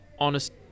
Honest